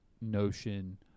notion